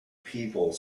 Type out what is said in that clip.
people